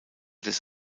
des